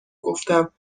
گفتم